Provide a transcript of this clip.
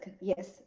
yes